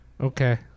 Okay